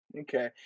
Okay